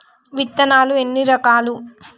విత్తనాలు ఎన్ని రకాలు?